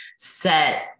set